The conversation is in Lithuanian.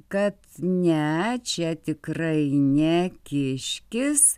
kad ne čia tikrai ne kiškis